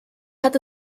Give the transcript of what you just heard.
hat